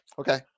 okay